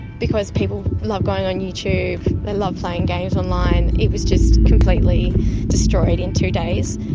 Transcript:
because people love going on youtube, they love playing games online, it was just completely destroyed in two days.